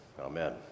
amen